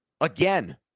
Again